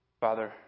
Father